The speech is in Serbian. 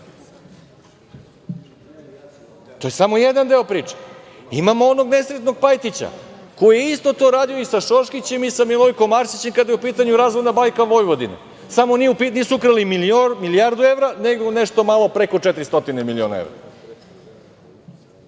je samo jedan deo priče. Imamo onog nesrećnog Pajkića, koji je isto to radio i sa Šoškićem i sa Milojkom Arsiće kada je u pitanju „Razvojna banka Vojvodine“, samo nisu ukrali milijardu evra, nego nešto malo preko 400 miliona evra. Kažem